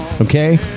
Okay